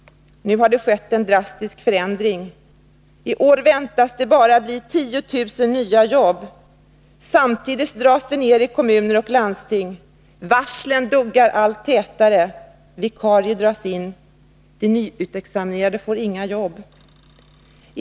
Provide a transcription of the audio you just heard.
Nu har det skett en drastisk förändring. I år väntas det bara bli 10 000 nya jobb. Samtidigt sker det neddragningar i kommuner och landsting, varslen duggar allt tätare, vikariat dras in och nyutexaminerade får inga jobb.